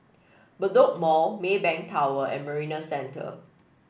Bedok Mall Maybank Tower and Marina Centre